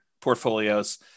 portfolios